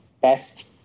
best